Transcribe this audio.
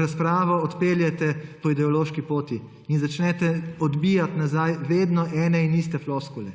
razpravo odpeljete po ideološki poti in začnete odbijati nazaj vedno ene in iste floskule.